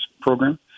program